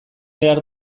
behar